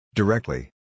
directly